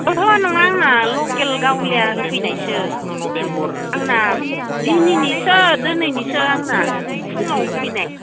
अह' नङा आंना लकेल गावलिया होफैनायसो आंना दिनैनिसो दिनैनिसो आंना फुङाव होफैनाय